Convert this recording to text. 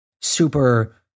super